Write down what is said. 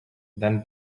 then